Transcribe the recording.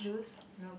juice